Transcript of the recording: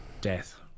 Death